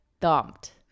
thumped